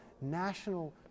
national